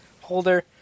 holder